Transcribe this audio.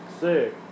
sick